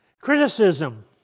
Criticism